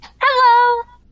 Hello